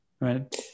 right